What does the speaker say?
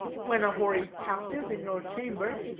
when a hoary captive in your chamber,